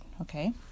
okay